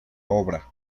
obra